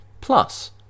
Plus